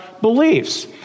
beliefs